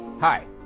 Hi